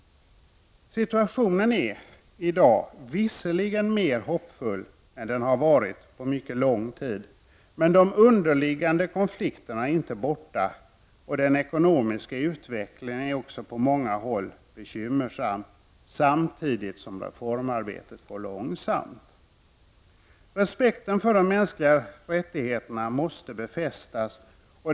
Situationen är visserligen mer hoppfull i dag än den har varit på länge, men de underliggande konflikterna är inte borta. Den ekonomiska utvecklingen är också på många håll bekymmersam samtidigt som reformarbetet går långsamt. Respekten för de mänskliga rättigheterna måste befästas.